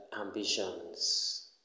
ambitions